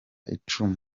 icumu